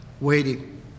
Waiting